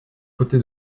côté